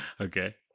Okay